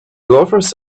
loafers